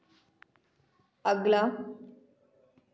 अगला